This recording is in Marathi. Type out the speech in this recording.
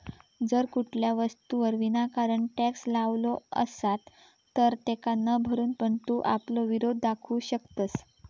जर कुठल्या वस्तूवर विनाकारण टॅक्स लावलो असात तर तेका न भरून पण तू आपलो विरोध दाखवू शकतंस